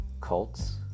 cults